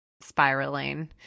spiraling